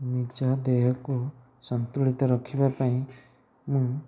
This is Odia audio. ନିଜ ଦେହକୁ ସନ୍ତୁଳିତ ରଖିବା ପାଇଁ ମୁଁ